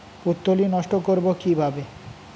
পুত্তলি নষ্ট করব কিভাবে?